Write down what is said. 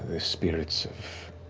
ah spirits of